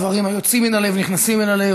דברים היוצאים מן הלב ונכנסים אל הלב.